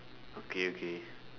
okay okay